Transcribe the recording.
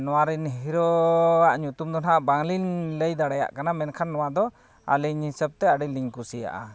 ᱱᱚᱣᱟᱨᱮᱱ ᱦᱤᱨᱳᱣᱟᱜ ᱧᱩᱛᱩᱢ ᱫᱚ ᱦᱟᱸᱜ ᱵᱟᱝᱞᱤᱧ ᱞᱟᱹᱭ ᱫᱟᱲᱮᱭᱟᱜ ᱠᱟᱱᱟ ᱢᱮᱱᱠᱷᱟᱱ ᱱᱚᱣᱟ ᱫᱚ ᱟᱹᱞᱤᱧ ᱦᱤᱥᱟᱹᱵᱽᱛᱮ ᱟᱹᱰᱤᱞᱤᱧ ᱠᱩᱥᱤᱭᱟᱜᱼᱟ